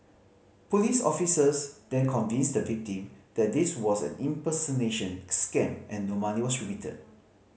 police officers then convinced the victim that this was an impersonation scam and no money was